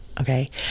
okay